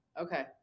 Okay